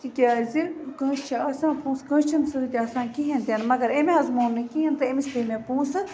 تِکیٛازِ کٲنٛسہِ چھِ آسان پونٛسہٕ کٲنٛسہِ چھِنہٕ سۭتۍ آسان کِہیٖنۍ تہِ نہٕ مگر أمۍ حظ مون نہٕ کِہیٖنۍ تہٕ أمِس پے مےٚ پونٛسہٕ